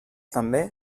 també